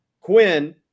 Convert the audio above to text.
Quinn